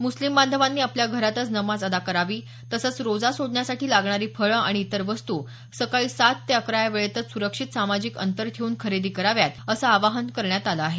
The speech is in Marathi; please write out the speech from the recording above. मुस्लिम बांधवानी आपल्या घरातच नमाज अदा करावी तसंच रोजा सोडण्यासाठी लागणारी फळं आणि इतर वस्तू सकाळी सात ते अकरा या वेळेतच सुरक्षित सामाजिक अंतर ठेऊन खरेदी कराव्यात असं आवाहन करण्यात आलं आहे